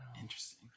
Interesting